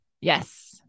Yes